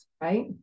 right